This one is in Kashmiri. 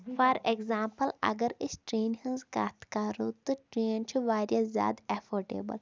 فار ایگزامپٕل اگر أسۍ ٹرٛینہِ ہِنٛز کَتھ کَرو تہٕ ٹرٛین چھِ واریاہ زیادٕ ایفٲٹیبٕل